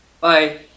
Bye